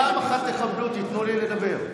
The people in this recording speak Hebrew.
פעם אחת תכבדו, תיתנו לי לדבר.